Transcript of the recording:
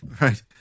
right